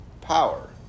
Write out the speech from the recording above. power